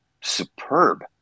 superb